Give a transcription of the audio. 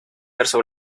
verso